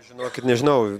žinokit nežinau